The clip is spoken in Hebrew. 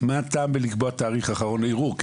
מה הטעם בלקבוע תאריך אחרון לערעור?